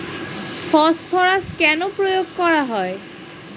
Phosphorus কেন প্রয়োগ করা হয়?